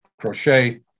crochet